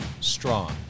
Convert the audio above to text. strong